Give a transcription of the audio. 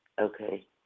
Okay